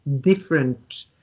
different